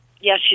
Yes